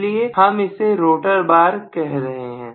इसीलिए हम इसे रोटर बार कह रहे हैं